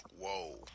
Whoa